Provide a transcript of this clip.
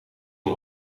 van